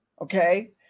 Okay